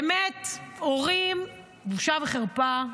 באמת, הורים, בושה וחרפה.